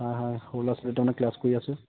হয় হয় সৰু ল'ৰা ছোৱালী দুটামানক ক্লাছ কৰি আছো